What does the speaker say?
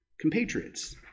compatriots